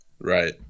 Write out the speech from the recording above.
Right